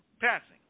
passing